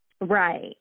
Right